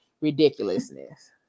Ridiculousness